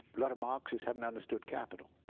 lot of marxist's haven't understood capital.